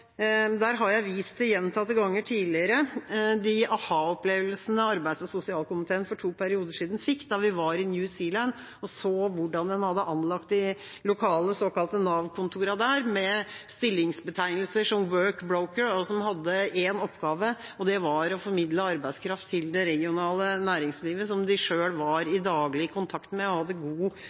Der har jeg gjentatte ganger tidligere vist til de aha-opplevelsene arbeids- og sosialkomiteen for to perioder siden fikk da vi var i New Zealand og så hvordan de hadde anlagt de lokale såkalte Nav-kontorene der. De hadde stillingsbetegnelser som «work broker», som hadde én oppgave, og det var å formidle arbeidskraft til det regionale næringslivet, som de selv var i daglig kontakt med og hadde